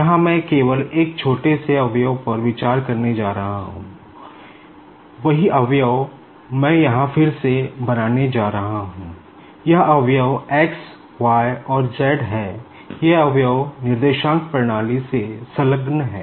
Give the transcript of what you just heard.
यहाँ मैं केवल एक छोटे से कंपोनेंट से संलग्न है